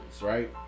right